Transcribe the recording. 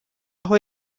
aho